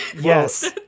yes